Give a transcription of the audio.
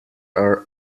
are